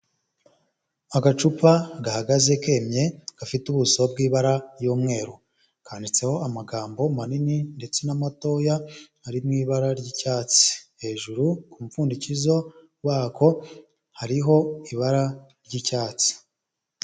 Agacupa gahagaze kemye gafite ubuso bw'ibara ry'umweru kanditseho amagambo manini ndetse n'amatoya ari mu ibara ry'icyatsi, hejuru ku mupfundikizo wako hariho ibara ry'icyatsi.